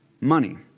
money